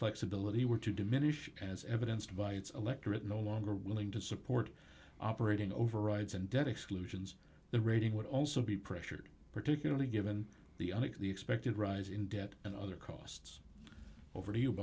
flexibility were to diminish as evidenced by its electorate no longer willing to support operating overrides and debt exclusions the rating would also be pressured particularly given the expected rise in debt and other costs over